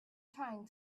trying